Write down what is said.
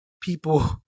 people